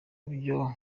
vyo